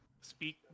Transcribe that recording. speak